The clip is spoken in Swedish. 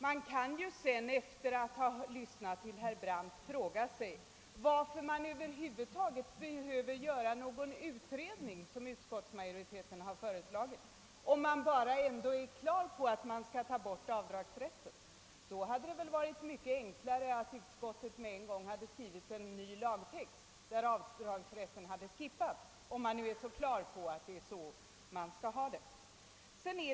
Man kan efter att ha lyssnat till herr Brandt fråga sig, varför man över huvud taget behöver göra någon utredning, som föreslagits av utskottsmajoriteten, eftersom man ändå är på det klara med att avdragsrätten skall tas bort. Det hade väl varit mycket enklare att utskottet med en gång skrivit en ny lagtext där avdragsrätten inte finns med. Herr talman!